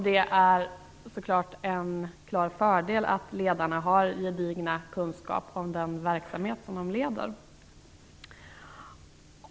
Det är så klart en klar fördel att ledarna har gedigen kunskap om den verksamhet de leder.